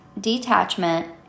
detachment